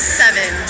seven